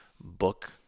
book